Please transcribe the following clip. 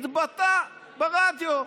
התבטא ברדיו.